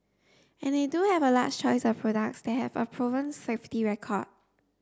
and they do have a large choice of products that have a proven safety record